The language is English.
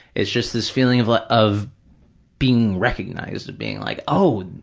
it's just this feeling of of being recognized, of being like, oh,